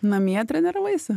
namie treniravaisi